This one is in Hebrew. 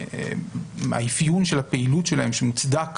שלפי האפיון של הפעילות שלהם מוצדק